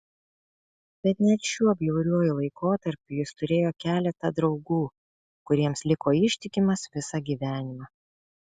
bet net šiuo bjauriuoju laikotarpiu jis turėjo keletą draugų kuriems liko ištikimas visą gyvenimą